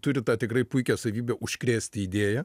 turi tą tikrai puikią savybę užkrėsti idėja